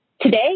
Today